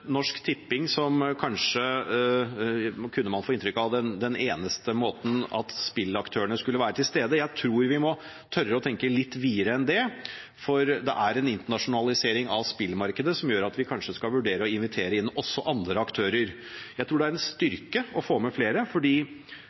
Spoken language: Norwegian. Norsk Tipping som kanskje – kunne man få inntrykk av – den eneste måten spillaktørene kunne være til stede på. Jeg tror vi må tørre å tenke litt videre enn det. Det er en internasjonalisering av spillmarkedet som gjør at vi kanskje skal vurdere å invitere inn også andre aktører. Jeg tror det er en styrke å få med flere.